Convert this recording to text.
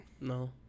no